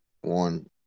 One